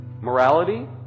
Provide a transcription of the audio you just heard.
morality